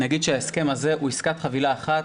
נגיד שההסכם הזה הוא עסקת חבילה אחת.